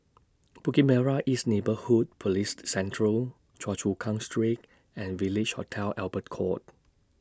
Bukit Merah East Neighbourhood Policed Central Choa Chu Kang Street and Village Hotel Albert Court